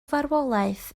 farwolaeth